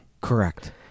Correct